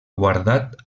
guardat